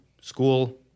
school